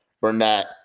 Burnett